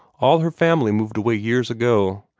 all her family moved away years ago.